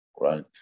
right